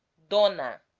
dona.